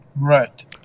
Right